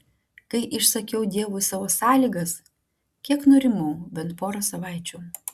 kai išsakiau dievui savo sąlygas kiek nurimau bent porą savaičių